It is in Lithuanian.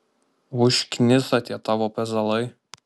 užkniso tie tavo pezalai